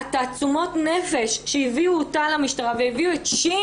תעצומות הנפש שהביאו אותה למשטרה והביאו את ש',